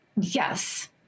Yes